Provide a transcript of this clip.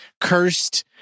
cursed